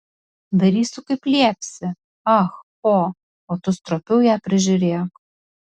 darysiu kaip liepsi ah po o tu stropiau ją prižiūrėk